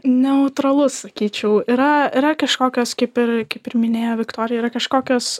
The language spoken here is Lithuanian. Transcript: neutralus sakyčiau yra yra kažkokios kaip ir kaip ir minėjo viktorija yra kažkokios